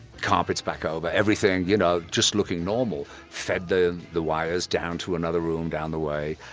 carpets back over, everything you know just looking normal. fed the the wires down to another room down the way,